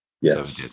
Yes